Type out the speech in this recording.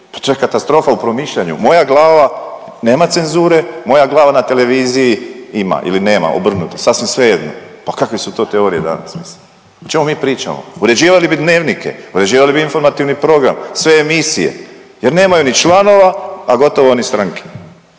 to je katastrofa u promišljanju, moja glava nema cenzure, moja glava na televiziji ima ili nema, obrnuto, sasvim svejedno. Pa kakve su to teorije danas, mislim? O čemu mi pričamo? Uređivali bi dnevnike, uređivali bi informativni program, sve emisije jer nemaju ni članova, a gotovo ni stranke.